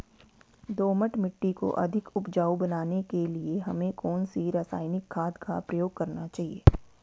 दोमट मिट्टी को अधिक उपजाऊ बनाने के लिए हमें कौन सी रासायनिक खाद का प्रयोग करना चाहिए?